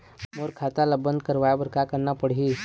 मोर खाता ला बंद करवाए बर का करना पड़ही?